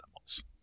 animals